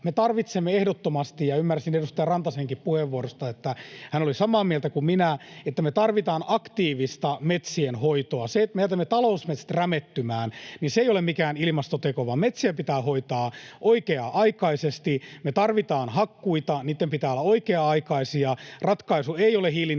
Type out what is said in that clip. Me tarvitsemme ehdottomasti — ja ymmärsin edustaja Rantasenkin puheenvuorosta, että hän oli samaa mieltä kuin minä — aktiivista metsien hoitoa. Se, että me jätämme talousmetsät rämettymään, ei ole mikään ilmastoteko, vaan metsiä pitää hoitaa oikea-aikaisesti. Me tarvitaan hakkuita, niitten pitää olla oikea-aikaisia. Ratkaisu ei ole hiilinielu, se,